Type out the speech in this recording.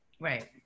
Right